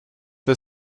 the